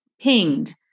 pinged